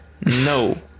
no